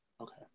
Okay